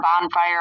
bonfire